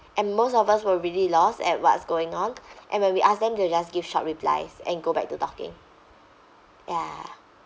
and most of us were really lost at what's going on and when we asked them they'll just give short replies and go back to talking ya